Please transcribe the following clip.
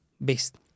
best